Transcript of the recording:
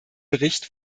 bericht